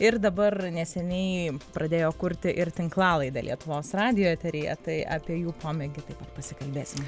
ir dabar neseniai pradėjo kurti ir tinklalaidę lietuvos radijo eteryje tai apie jų pomėgį taip pat pasikalbėsim